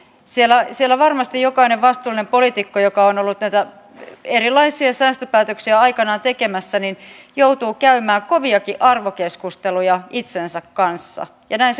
siellä siellä varmasti jokainen vastuullinen poliitikko joka on ollut näitä erilaisia säästöpäätöksiä aikanaan tekemässä joutuu käymään koviakin arvokeskusteluja itsensä kanssa ja näin